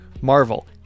Marvel